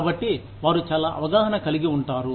కాబట్టి వారు చాలా అవగాహన కలిగి ఉంటారు